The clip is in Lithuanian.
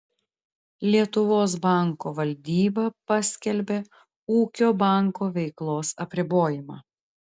lietuvos banko valdyba paskelbė ūkio banko veiklos apribojimą